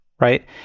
right